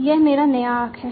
यह मेरा नया आर्क है